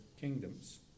kingdoms